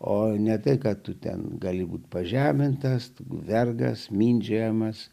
o ne tai ką tu ten gali būti pažemintas tu vergas mindžiojamas